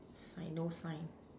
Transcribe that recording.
sign no sign